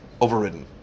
overridden